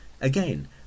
Again